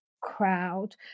crowd